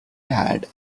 had